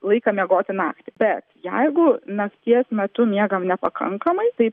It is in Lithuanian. laiką miegoti naktį bet jeigu nakties metu miegam nepakankamai tai